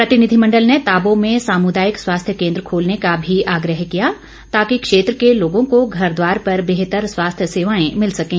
प्रतिनिधिमंडल ने ताबो में सामुदायिक स्वास्थ्य केन्द्र खोलने का भी आग्रह किया ताकि क्षेत्र के लोगों को घर द्वार पर बेहतर स्वास्थ्य सेवाए मिल सकें